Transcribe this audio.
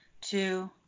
Two